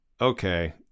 okay